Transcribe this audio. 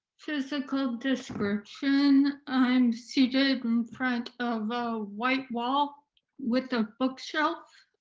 physical description. i'm seated in front of a white wall with a bookshelf.